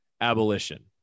abolition